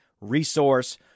resource